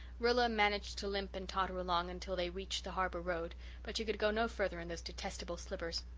rilla managed to limp and totter along until they reached the harbour road but she could go no farther in those detestable slippers.